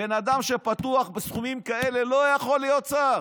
בן אדם שפתוח בסכומים כאלה לא יכול להיות שר,